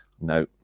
no